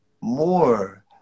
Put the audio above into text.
more